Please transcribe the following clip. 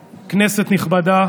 כאן, מעל הדוכן הזה,